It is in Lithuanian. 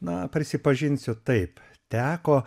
na prisipažinsiu taip teko